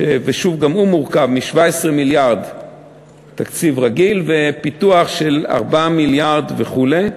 שגם הוא מורכב מ-17 מיליארד תקציב רגיל ופיתוח של 4 מיליארד וכו'.